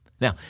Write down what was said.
Now